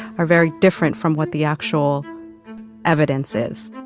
are very different from what the actual evidence is